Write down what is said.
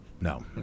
No